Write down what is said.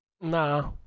nah